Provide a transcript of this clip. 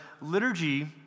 liturgy